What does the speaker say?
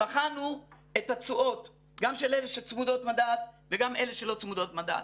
בחנו את התשואות גם של אלה שצמודות מדד וגם אלה שלא צמודות מדד,